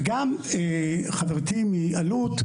וגם חברתי מאלו"ט,